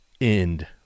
End